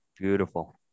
Beautiful